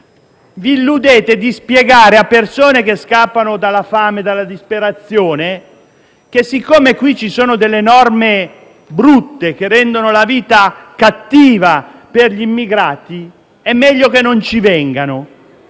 Vi illudete di spiegare a persone che scappano dalla fame e dalla disperazione che, siccome qui ci sono norme brutte che rendono la vita difficile per gli immigrati, è meglio che non ci vengano.